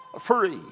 free